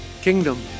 kingdom